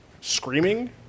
screaming